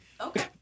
Okay